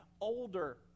older